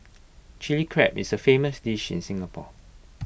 Chilli Crab is A famous dish in Singapore